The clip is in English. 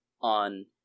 on